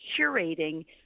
curating